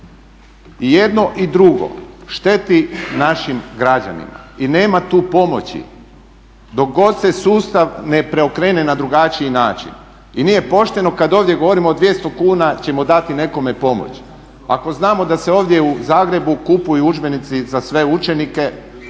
I jedno i drugo šteti našim građanima i nema tu pomoći dok god se sustav ne preokrene na drugačiji način. I nije pošteno kad ovdje govorimo 200 kuna ćemo dati nekome pomoć, ako znamo da se ovdje u Zagrebu kupuju udžbenici za sve učenike,